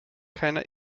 keiner